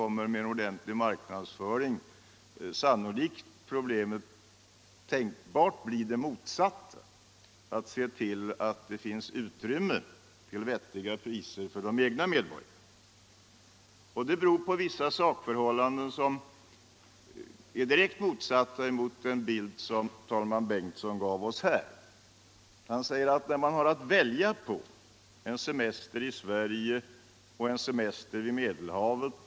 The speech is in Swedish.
Med en ordentlig marknadsföring därvidlag kommer problemet tvärtom sannolikt att bli det motsatta: att se till att det finns utrymme för rekreation och turism till vettiga priser för de egna medborgarna. Detta beror på vissa sakförhållanden som är raka motsatsen till den bild som talman Bengtson gav. Han sade att man har att välja mellan en semester i Sverige och en semester vid Medelhavet.